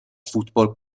football